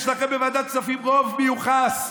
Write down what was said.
יש לכם בוועדת הכספים רוב מיוחס,